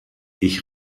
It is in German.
ich